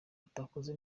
atakoze